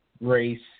race